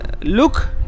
look